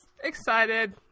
Excited